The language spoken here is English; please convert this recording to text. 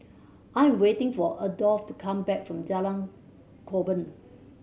I am waiting for Adolf to come back from Jalan Korban